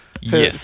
Yes